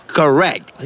correct